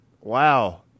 Wow